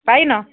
ପାଇନ